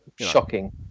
Shocking